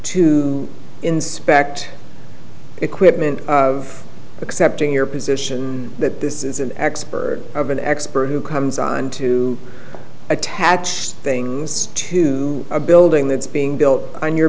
to inspect equipment of accepting your position that this is an expert of an expert who comes on to attach things to a building that's being built on your